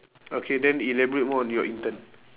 okay then elaborate more on your intern